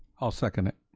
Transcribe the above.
i'll second it.